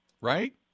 Right